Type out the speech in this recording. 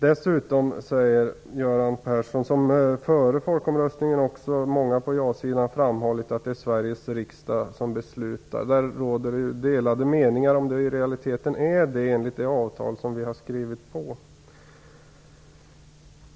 Dessutom säger Göran Persson - liksom många på ja-sidan framhöll före folkomröstningen - att det är Sveriges riksdag som beslutar. Där råder det delade meningar om det i realiteten är så enligt det avtal som vi har skrivit under.